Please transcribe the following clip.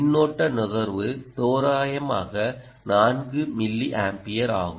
மின்னோட்ட நுகர்வு தோராயமாக 4 மில்லியம்பியர் ஆகும்